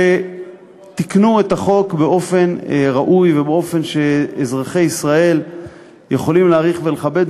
שתיקנו את החוק באופן ראוי ובאופן שאזרחי ישראל יכולים להעריך ולכבד.